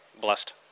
blessed